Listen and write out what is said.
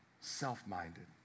self-minded